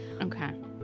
Okay